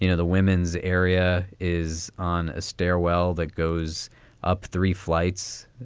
you know the women's area is on a stairwell that goes up three flights